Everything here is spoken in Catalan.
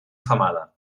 femada